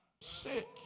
sick